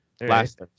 last